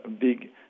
big